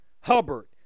Hubbard